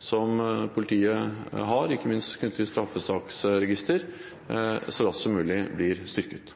som politiet har, ikke minst knyttet til straffesaksregisteret, så raskt som mulig blir styrket.